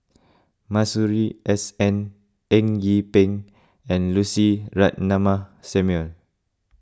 Masuri S N Eng Yee Peng and Lucy Ratnammah Samuel